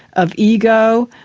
of ego,